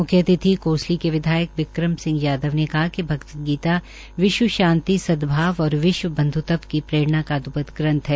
म्ख्य अतिथि कोसली क विधायक विक्रत सिंह यादव ने कहा कि भगवदगीता विश्व शांति सदभाव और विश्व बंध्त्व की प्ररेणा का अदभूत ग्रंथ है